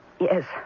Yes